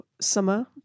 summer